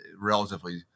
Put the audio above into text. relatively